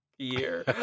year